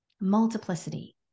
multiplicity